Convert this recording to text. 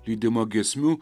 lydima giesmių